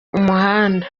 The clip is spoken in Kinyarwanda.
umuhanda